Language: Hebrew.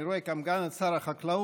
אני רואה כאן גם את שר החקלאות,